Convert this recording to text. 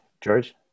George